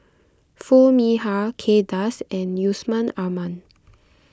Foo Mee Har Kay Das and Yusman Aman